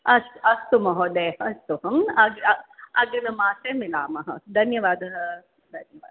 अस् अस्तु महोदय अस्तु अग्रिमं मासे मिलामः धन्यवादः धन्यवादः